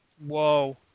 Whoa